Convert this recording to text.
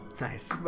nice